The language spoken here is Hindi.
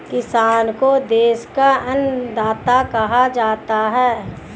किसान को देश का अन्नदाता कहा जाता है